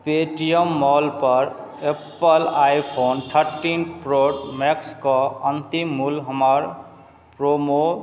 Paytm mall पर Apple iPhone thirteen pro max कऽ अंतिम मूल्य हमर प्रोमो बाद